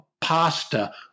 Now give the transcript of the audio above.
pasta